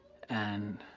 and.